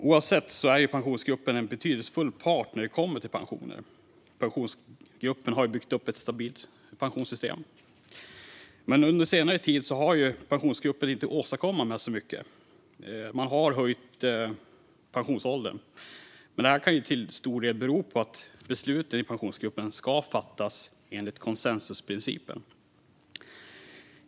Oavsett vilket är Pensionsgruppen en betydelsefull part när det kommer till pensioner. Pensionsgruppen har byggt upp ett stabilt pensionssystem. Under senare tid har dock Pensionsgruppen inte åstadkommit så mycket mer än en höjning av pensionsåldern. Detta kan till stor del bero på att besluten i Pensionsgruppen ska fattas enligt konsensusprincipen.